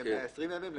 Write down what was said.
יהיה 120 ימים,